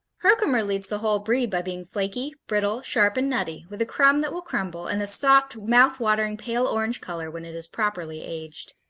herkimer leads the whole breed by being flaky, brittle, sharp and nutty, with a crumb that will crumble, and a soft, mouth-watering pale orange color when it is properly aged.